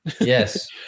Yes